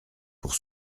pour